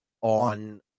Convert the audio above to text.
on